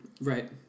Right